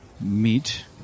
meet